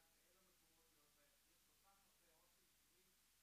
כי אין לו דירות גג ואין לו מקומות להיות בהם.